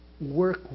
Work